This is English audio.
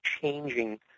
changing